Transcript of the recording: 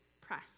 press